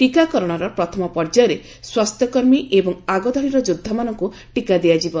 ଟୀକାକରଣର ପ୍ରଥମ ପର୍ଯ୍ୟାୟରେ ସ୍ୱାସ୍ଥ୍ୟକର୍ମୀ ଏବଂ ଆଗଧାଡ଼ିର ଯୋଦ୍ଧାମାନଙ୍କୁ ଟିକା ଦିଆଯିବ